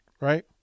Right